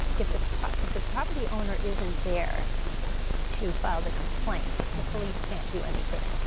if the if the property owner isn't there to file the complaint, the police can't do anything.